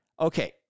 Okay